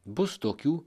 bus tokių